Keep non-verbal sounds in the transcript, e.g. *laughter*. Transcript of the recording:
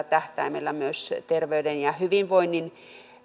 *unintelligible* tähtäimellä myös terveyden ja hyvinvoinnin